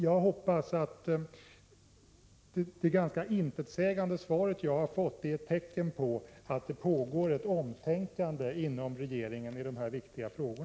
Jag hoppas att det ganska intetsägande svar jag har fått är ett tecken på att det pågår ett omtänkande inom regeringen i dessa viktiga frågor.